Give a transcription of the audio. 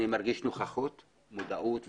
מודעות וכולי.